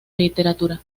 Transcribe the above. literatura